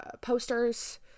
posters